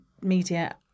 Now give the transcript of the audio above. media